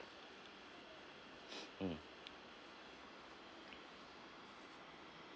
mm